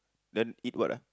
then eat what ah